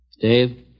Dave